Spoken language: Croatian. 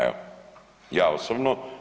Evo ja osobno.